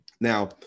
Now